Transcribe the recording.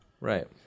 Right